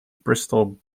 bristol